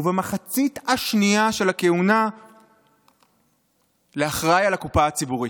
ובמחצית השנייה של הכהונה לאחראי על הקופה הציבורית.